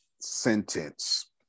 sentence